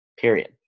period